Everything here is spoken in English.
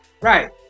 right